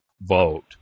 vote